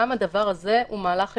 גם הדבר הזה הוא מהלך אפשרי,